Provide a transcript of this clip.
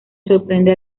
sorprende